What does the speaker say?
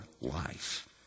life